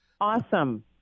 Awesome